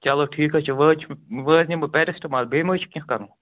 چلو ٹھیٖک حظ چھُ ونۍ حظ چھُ ونۍ حظ نمہٕ بہٕ پیرسٹمال بیٚیہِ مہ حظ چھِ کینٛہہ کَرُن